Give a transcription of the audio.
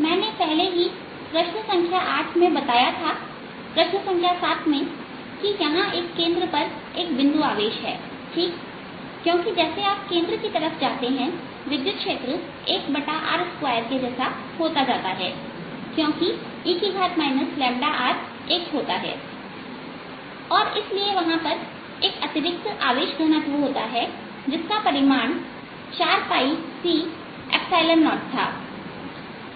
मैंने पहले ही प्रश्न संख्या आठ में यह बताया था प्रश्न संख्या 7 में कि यहां एक केंद्र पर एक बिंदु आवेश है ठीक क्योंकि जैसे आप केंद्र की तरफ जाते हैं विद्युत क्षेत्र 1r2के जैसा होता जाता है क्योंकि e r 1 होता है और इसलिए वहां एक अतिरिक्त आवेश घनत्व होता है जिसका परिमाण 4c0था